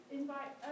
invite